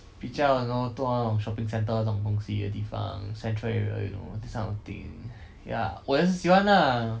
比较 you know 多那种 shopping centre 那种东西的地方 central area you know this kind of thing ya 我很喜欢 lah